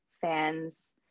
fans